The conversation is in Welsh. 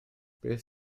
beth